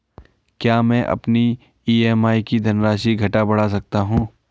क्या मैं अपनी ई.एम.आई की धनराशि घटा बढ़ा सकता हूँ?